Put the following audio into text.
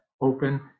open